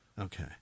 Okay